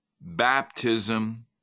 baptism